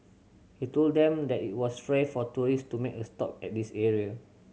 he told them that it was rare for tourist to make a stop at this area